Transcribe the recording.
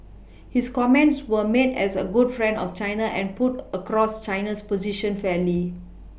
his comments were made as a good friend of China and put across China's position fairly